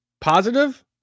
positive